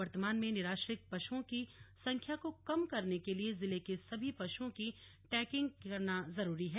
वर्तमान में निराश्रित पशुओं की संख्या को कम करने के लिए जिले के सभी पशुओं की टैगिंग करना जरूरी है